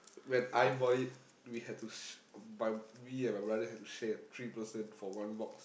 when I bought it we had to s~ my me and my brother had to share three person for one box